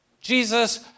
Jesus